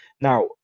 Now